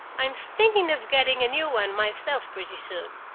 i'm thinking of getting a new one myself pretty soon.